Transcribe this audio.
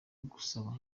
gusaba